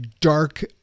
dark